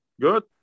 Good